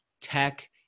tech